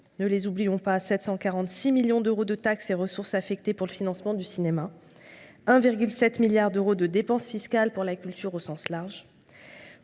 ne les oublions pas – 746 millions d’euros de taxes et ressources affectées pour le financement du cinéma et 1,7 milliard d’euros de dépenses fiscales pour la culture au sens large.